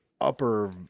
upper